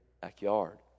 backyard